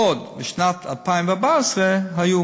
בעוד שבשנת 2014 היו